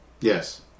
Yes